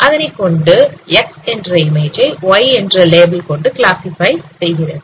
அதனைக்கொண்டு x என்ற இமேஜை y என்ற லேபிள் கொண்டு கிளாசிஃபை செய்கிறது